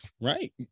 right